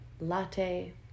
latte